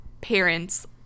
parents